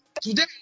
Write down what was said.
today